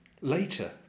Later